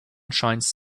shines